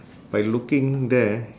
by looking there